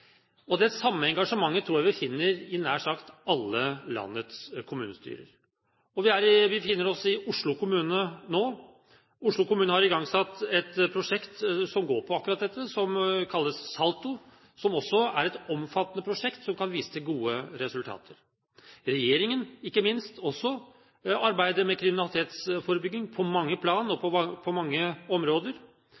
Det samme engasjementet tror jeg vi finner i nær sagt alle landets kommunestyrer. Vi befinner oss i Oslo kommune nå. Oslo kommune har igangsatt et prosjekt som går på akkurat dette, som kalles SaLTo, som også er et omfattende prosjekt som kan vise til gode resultater. Regjeringen, ikke minst også, arbeider med kriminalitetsforebygging på mange plan og